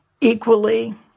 equally